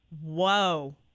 Whoa